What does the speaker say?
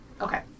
Okay